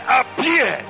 appear